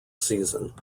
season